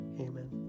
Amen